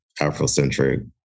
Afrocentric